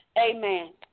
amen